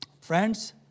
Friends